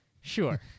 Sure